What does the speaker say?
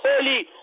holy